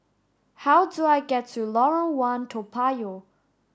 how do I get to Lorong one Toa Payoh